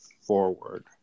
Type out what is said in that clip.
forward